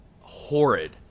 horrid